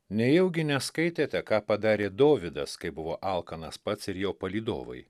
nejaugi neskaitėte ką padarė dovydas kai buvo alkanas pats ir jo palydovai